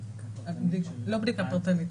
לא בדיקה פרטנית,